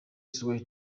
suwede